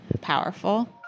powerful